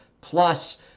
Plus